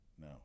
No